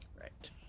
Right